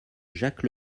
jacques